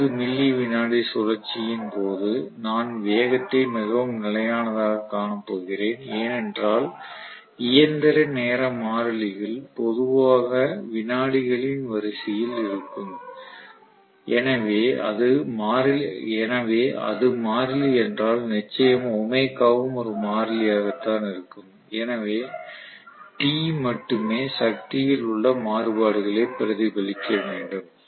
20 milli வினாடி சுழற்சியின் போது நான் வேகத்தை மிகவும் நிலையானதாகக் காணப் போகிறேன் ஏனென்றால் இயந்திர நேர மாறிலிகள் பொதுவாக விநாடிகளின் வரிசையில் இருக்கும் எனவே அது மாறிலி என்றால் நிச்சயம் ஒமேகாவும் ஒரு மாறிலியாகத்தான் இருக்கும் எனவே T மட்டுமே சக்தியில் உள்ள மாறுபாடுகளை பிரதிபலிக்க வேண்டும்